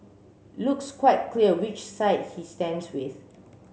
looks quite clear which side he stands with